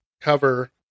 cover